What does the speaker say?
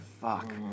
Fuck